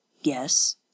Yes